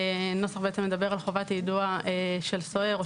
הנוסח מדבר על חובת היידוע של סוהר או